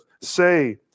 Say